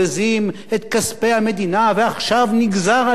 כספי המדינה ועכשיו נגזר עלינו לשלם.